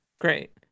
great